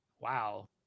Wow